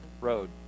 Road